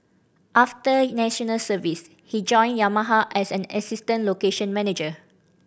after National Service he joined Yamaha as an assistant location manager